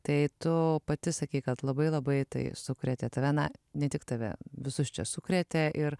tai tu pati sakei kad labai labai tai sukrėtė tave na ne tik tave visus čia sukrėtė ir